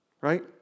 right